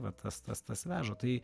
vat tas tas tas veža tai